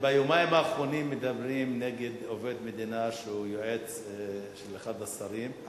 ביומיים האחרונים מדברים נגד עובד מדינה שהוא יועץ של אחד השרים,